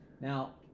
Now